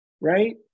right